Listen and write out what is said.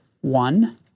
one